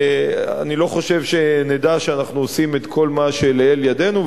אני לא חושב שנדע שאנחנו עושים את כל מה שלאל ידנו,